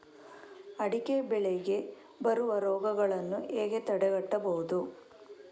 ಅಡಿಕೆ ಬೆಳೆಗೆ ಬರುವ ರೋಗಗಳನ್ನು ಹೇಗೆ ತಡೆಗಟ್ಟಬಹುದು?